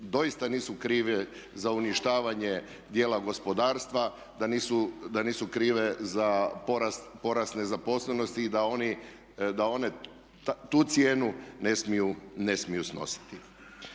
doista nisu krive za uništavanje djela gospodarstva, da nisu krive za porast nezaposlenosti i da one tu cijenu ne smiju snositi.